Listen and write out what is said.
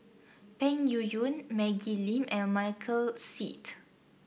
Peng Yuyun Maggie Lim and Michael Seet